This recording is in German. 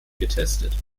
getestet